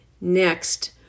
Next